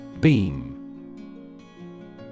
Beam